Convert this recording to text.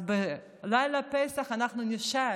אז בליל פסח אנחנו נשאל